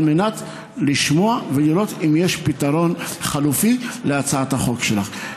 כדי לשמוע ולראות אם יש פתרון חלופי להצעת החוק שלך.